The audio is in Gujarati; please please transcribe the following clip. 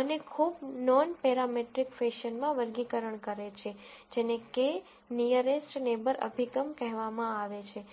અને ખૂબ નોનપેરામેટ્રિક ફેશનમાં વર્ગીકરણ કરે છે જેને K નીઅરેસ્ટ નેબર અભિગમ કહેવામાં આવે છે